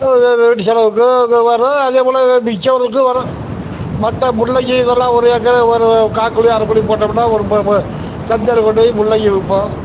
ஒரு வீட்டு செலவுக்கும் ஏதோ வரும் அதே போல் விற்கிறதுக்கும் வரும் மற்ற முள்ளங்கி இதெல்லாம் ஒரு ஏக்கருக்கு ஒரு காக் குழி அரை குழி போட்டோம்னா ஒரு சந்தையில் கொண்டு போய் முள்ளங்கி விற்போம்